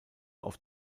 auf